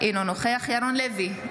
אינו נוכח ירון לוי,